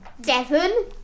Devon